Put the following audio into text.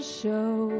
show